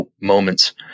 moments